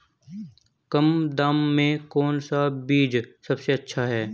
कम दाम में कौन सा बीज सबसे अच्छा है?